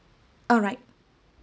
alright